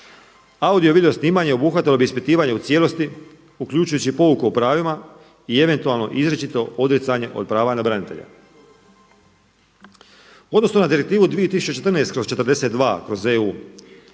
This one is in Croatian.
Audio i video snimanje obuhvatilo bi ispitivanje u cijelosti uključujući i pouku o pravima i eventualno izričito odricanje od prava na branitelja, odnosno na Direktivu 2014/42/EU